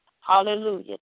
Hallelujah